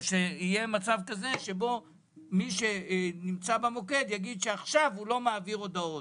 או שיהיה מצב שמי שנמצא במוקד יגיד שעכשיו הוא לא מעביר הודעות.